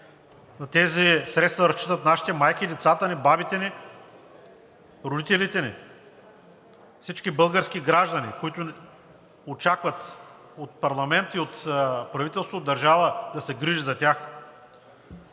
На тези средства разчитат нашите майки, децата ни, бабите ни, родителите ни – всички български граждани, които очакват от парламент и от правителство, от държава да се грижат за тях.